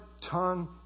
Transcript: tongue